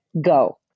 go